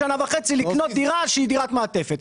לקנות דירה שהיא דירת מעטפת.